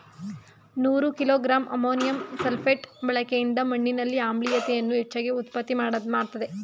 ನೂರು kilogram ammonium sulphate ಬಳಕೆಯಿಂದ ಮಣ್ಣಿನಲ್ಲಿ ಆಮ್ಲೀಯತೆಯನ್ನು ಹೆಚ್ಚಾಗಿ ಉತ್ಪತ್ತಿ ಮಾಡ್ತದೇ